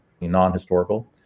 non-historical